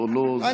אז אני לא,